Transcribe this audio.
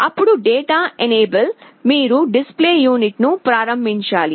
అప్పుడు data enable మీరు display unit ను ప్రారంభించాలి